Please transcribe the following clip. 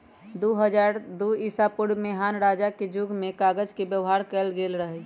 दू हज़ार दू ईसापूर्व में हान रजा के जुग में कागज के व्यवहार कएल गेल रहइ